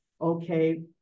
Okay